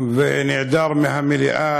והנעדר מהמליאה,